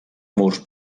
murs